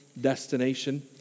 destination